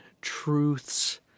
truths